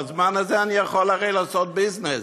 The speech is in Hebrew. בזמן הזה אני יכול הרי לעשות ביזנס,